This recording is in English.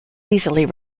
easily